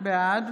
בעד